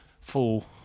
full